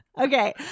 okay